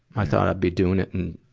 i thought i'd be doing it and